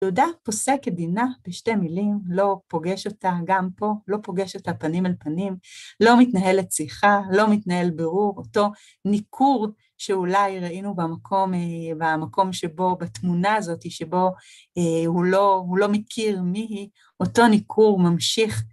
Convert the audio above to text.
יהודה פוסק את דינה בשתי מילים, לא פוגש אותה גם פה, לא פוגש אותה פנים על פנים, לא מתנהלת שיחה, לא מתנהל בירור, אותו ניכור שאולי ראינו במקום שבו, בתמונה הזאת, שבו הוא לא מכיר מי היא, אותו ניכור ממשיך.